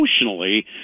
emotionally